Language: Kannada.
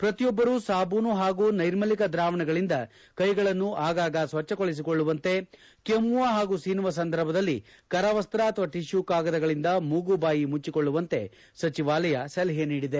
ಪ್ರತಿಯೊಬ್ಬರು ಸಾಬೂನು ಹಾಗೂ ನೈರ್ಮಲ್ಯಕ ದ್ರಾವಣಗಳಿಂದ ಕೈಗಳನ್ನು ಆಗಾಗ ಸ್ವಚ್ಛಗೊಳಿಸಿ ಕೆಮ್ಮವ ಹಾಗೂ ಸೀನುವ ಸಂದರ್ಭದಲ್ಲಿ ಕರವಸ್ತ ಅಥವಾ ಟಶ್ಯು ಕಾಗದಗಳಿಂದ ಮೂಗು ಬಾಯಿ ಮುಚ್ಚಿಕೊಳ್ಳುವಂತೆ ಸಚಿವಾಲಯ ಸಲಹೆ ನೀಡಿದೆ